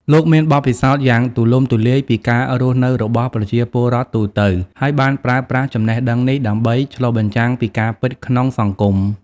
លោកមានបទពិសោធន៍យ៉ាងទូលំទូលាយពីការរស់នៅរបស់ប្រជាពលរដ្ឋទូទៅ ហើយបានប្រើប្រាស់ចំណេះដឹងនេះដើម្បី ឆ្លុះបញ្ចាំងពីការពិតក្នុងសង្គម។